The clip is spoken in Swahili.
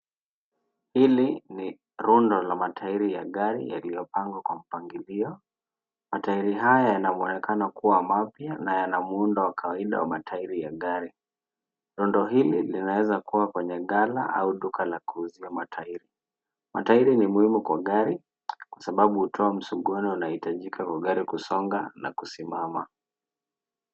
Hili ni rundo la matairi ya gari yaliyopangwa kwa mpangilio. Matairi haya yanaonekana kuwa mapya na yana muundo wa kawaida wa matairi ya gari. Rundo hili linaweza kuwa kwenye gara au duka la kuuzia matairi. Matairi ni muhimu kwa gari, kwa sababu hutoa msogoro wa gari unaohitajika ili gari liweze kusonga na kusimama.